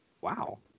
Wow